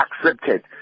accepted